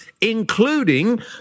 including